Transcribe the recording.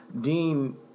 Dean